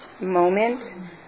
moment